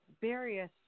various